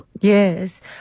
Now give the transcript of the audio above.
Yes